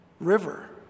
river